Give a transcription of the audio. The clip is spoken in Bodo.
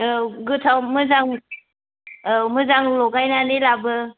औ गोथाव मोजां औ मोजां लगायनानै लाबो